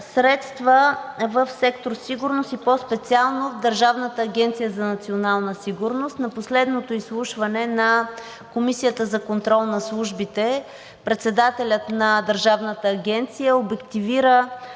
средства в сектор „Сигурност“, и по-специално в Държавна агенция „Национална сигурност“. На последното изслушване в Комисията за контрол над службите председателят на Държавната агенция обективира